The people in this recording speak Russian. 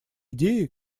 идеи